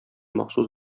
махсус